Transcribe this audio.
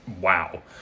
Wow